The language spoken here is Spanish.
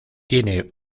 tiene